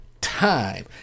time